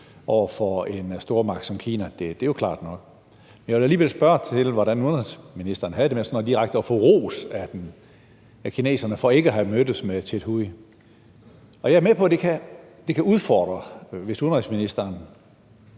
over for en stormagt som Kina – det er klart nok. Men jeg vil alligevel spørge til, hvordan udenrigsministeren havde det med sådan direkte at få ros af kineserne for ikke at have mødtes med Ted Hui. Og jeg er med på, at det kan udfordre, hvis udenrigsministeren